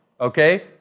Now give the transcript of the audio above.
okay